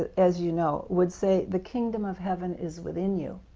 as you know, would say, the kingdom of heaven is within you.